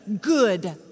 good